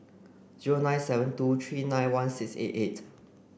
zero nine seven two three nine one six eight eight